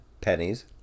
Pennies